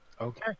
Okay